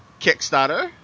Kickstarter